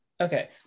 Okay